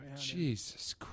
Jesus